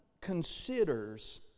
considers